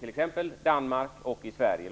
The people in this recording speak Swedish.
t.ex. Danmark och Sverige.